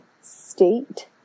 state